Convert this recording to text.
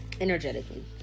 energetically